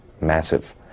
massive